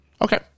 Okay